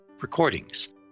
recordings